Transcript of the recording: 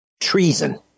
Treason